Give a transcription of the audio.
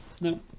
No